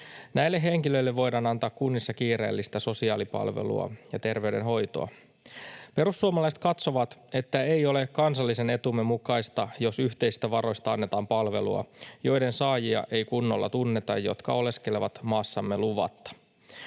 Näille henkilöille voidaan antaa kunnissa kiireellistä sosiaalipalvelua ja terveydenhoitoa. Perussuomalaiset katsovat, että ei ole kansallisen etumme mukaista, jos yhteisistä varoista annetaan palvelua, jonka saajia ei kunnolla tunneta ja jonka saajat oleskelevat maassamme luvatta.